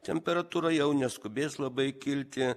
temperatūra jau neskubės labai kilti